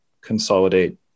consolidate